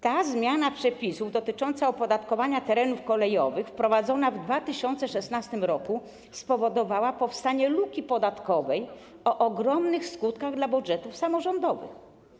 Ta zmiana przepisów dotycząca opodatkowania terenów kolejowych, wprowadzona w 2016 r., spowodowała powstanie luki podatkowej o ogromnych skutkach dla budżetów samorządowych.